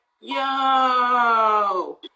yo